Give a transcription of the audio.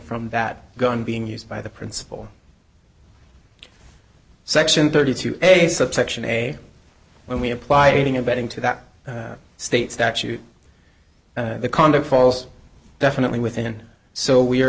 from that gun being used by the principal section thirty two a subsection a when we apply aiding abetting to that state statute the conduct falls definitely within so we're